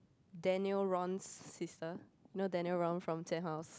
Daniel-Ron's sister you know Daniel-Ron from house